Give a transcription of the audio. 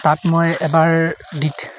তাত মই এবাৰ